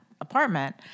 apartment